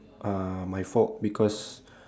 uh my fault because